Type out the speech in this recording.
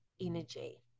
energy